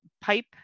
pipe